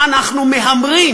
אנחנו מהמרים,